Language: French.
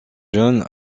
jeune